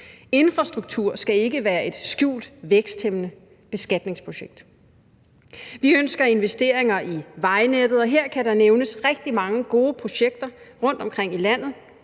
Infrastruktur skal ikke være et skjult, væksthæmmende beskatningsprojekt. Vi ønsker investeringer i vejnettet, og her kan der nævnes rigtig mange gode projekter rundtomkring i landet